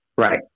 Right